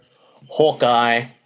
Hawkeye